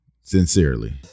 sincerely